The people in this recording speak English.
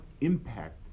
impact